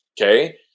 Okay